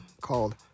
called